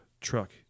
truck